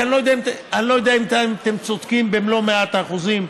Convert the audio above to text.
כי אני לא יודע אם אתם צודקים במלוא מאת האחוזים.